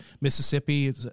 Mississippi